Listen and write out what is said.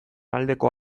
aldeko